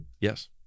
Yes